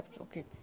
Okay